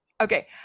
Okay